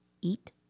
eat